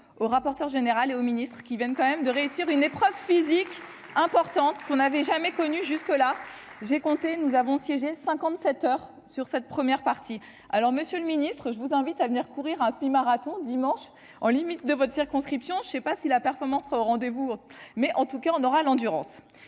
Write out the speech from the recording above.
au rapporteur général et au Ministre qui viennent. Quand même de réussir une épreuve physique importante, qu'on n'avait jamais connu jusque-là. J'ai compté, nous avons siégé cinquante-sept heures sur cette première partie, alors Monsieur le Ministre, je vous invite à venir courir un semi-marathon dimanche en limite de votre circonscription, je ne sais pas si la performance sera au rendez-vous mais en tout cas, on aura l'endurance